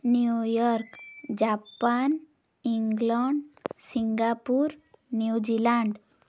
New York Japan England Singapore New Zealand